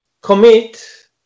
commit